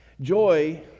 Joy